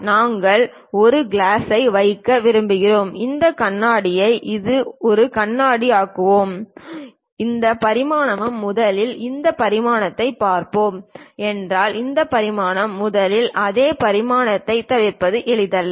நாங்கள் ஒரு கிளாஸை வைக்க விரும்புகிறோம் இந்த கண்ணாடியை இது ஒரு கண்ணாடி ஆக்குவோம் இந்த பரிமாணம் முதலில் இந்த பரிமாணத்தைப் பார்ப்போம் என்றால் இந்த பரிமாணம் முதலில் அதே பரிமாணங்களைத் தயாரிப்பது எளிதல்ல